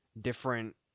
different